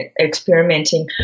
experimenting